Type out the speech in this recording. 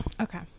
Okay